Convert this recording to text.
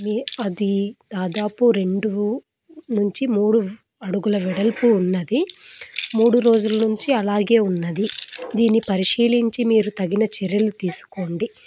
అది దాదాపు రెండు నుంచి మూడు అడుగుల వెడల్పు ఉన్నది మూడు రోజుల నుంచి అలాగే ఉన్నది దీని పరిశీలించి మీరు తగిన చర్యలు తీసుకోండి